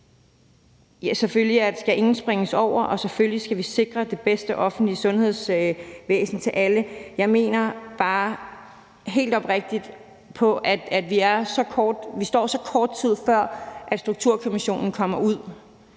Selvfølgelig skal ingen springes over, og selvfølgelig skal vi sikre det bedste offentlige sundhedsvæsen til alle. Jeg mener bare helt oprigtigt, at der er så kort tid, til Sundhedsstrukturkommissionen kommer ud